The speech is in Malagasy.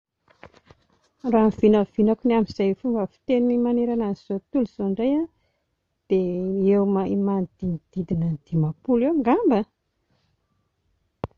Raha ny vinavinako ny amin'izay fomba fiteny manerana an'izao tontolo izao indray a, dia eo ma- manodidididina ny dimampolo eo ngamba?